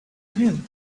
him